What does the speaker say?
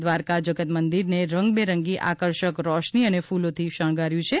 દ્વારકા જગત મંદિરને રંગબેરંગી આકર્ષક રોશની અને ફ્લોથી શણગાર્યૂં છે